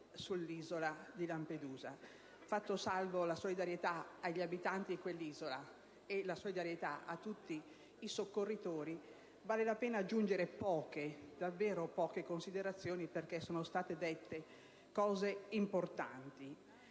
sull'isola di Lampedusa. Fatta salva la solidarietà agli abitanti di quell'isola e a tutti i soccorritori, vale la pena aggiungere poche, davvero poche, considerazioni, perché sono state dette cose importanti.